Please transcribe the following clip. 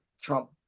Trump